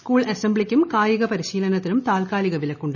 school അസംബ്ലിയ്ക്കും കായിക്ട് പ്രിശ്രീലനത്തിനും താൽക്കാലിക വിലക്കുണ്ട്